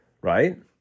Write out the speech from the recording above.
right